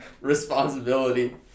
responsibility